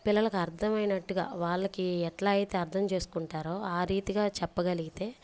పిల్లలకి అర్థమైనట్టుగా వాళ్ళకి ఎట్లా అయితే అర్థం చేసుకుంటారో ఆ రీతిగా చెప్పగలిగితే